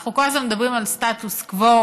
אנחנו כל הזמן מדברים על סטטוס קוו,